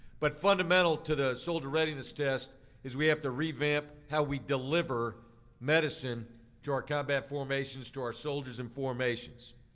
but fundamental to the soldier readiness test is we have to revamp how we deliver medicine to our combat formations, to our soldiers in formations.